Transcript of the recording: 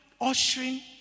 ushering